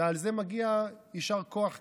ועל זה מגיע יישר כוח גדול,